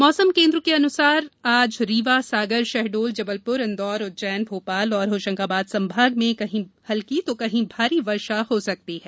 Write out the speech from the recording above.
मौसम केन्द्र के अनुसार आज रीवा सागर शहडोल जबलपुर इंदौर उज्जैन भोपाल और होशंगाबाद संभाग में कहीं हल्की तो कहीं भारी वर्षा हो सकती है